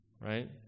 right